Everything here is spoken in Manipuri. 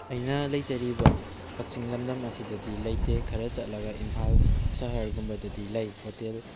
ꯑꯩꯅ ꯂꯩꯖꯔꯤꯕ ꯀꯛꯆꯤꯡ ꯂꯝꯗꯝ ꯑꯁꯤꯗꯗꯤ ꯂꯩꯇꯦ ꯈꯔ ꯆꯠꯂꯒ ꯏꯃꯐꯥꯜ ꯁꯍ꯭꯭ꯔꯒꯨꯝꯕꯗꯗꯤ ꯂꯩ ꯍꯣꯇꯦꯜ